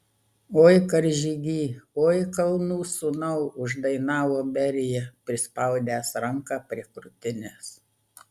oi karžygy oi kalnų sūnau uždainavo berija prispaudęs ranką prie krūtinės